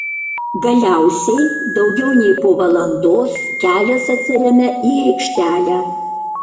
galiausiai daugiau nei po valandos kelias atsiremia į aikštelę